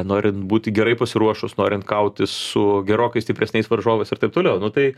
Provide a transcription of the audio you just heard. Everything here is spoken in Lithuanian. norint būti gerai pasiruošus norint kautis su gerokai stipresniais varžovais ir taip toliau nu tai